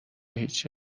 هیچی